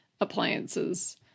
appliances